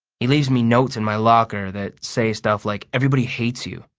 he leaves me notes in my locker that say stuff like everybody hates you.